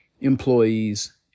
employees